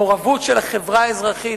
מעורבות של החברה האזרחית,